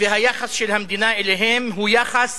והיחס של המדינה אליהם הוא יחס